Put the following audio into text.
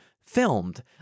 filmed